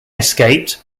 escaped